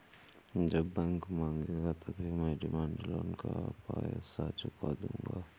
जब बैंक मांगेगा तभी मैं डिमांड लोन का पैसा चुका दूंगा